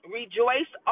rejoice